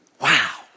wow